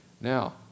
Now